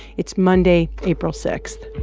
it's monday, april six